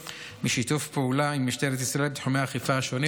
משיתוף הפעולה עם משטרת ישראל בתחומי האכיפה השונים.